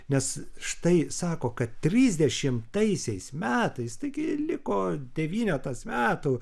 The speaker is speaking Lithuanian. nes štai sako kad trisdešimtaisiais metais taigi liko devynetas metų